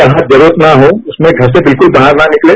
जहां जरूरत न हो उसमें घर से बिल्कूल बाहर न निकलें